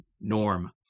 norm